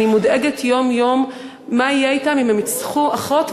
אני מודאגת יום-יום מה יהיה אתם אם הם יצטרכו אחות.